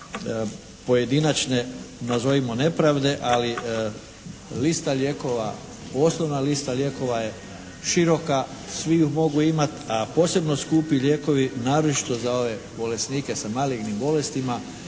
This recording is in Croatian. pojedinačne nazovimo nepravde, ali lista lijekova, osnovna lista lijekova je široka, svi ju mogu imati, a posebno skupi lijekovi naročito za ove bolesnike sa malignim bolestima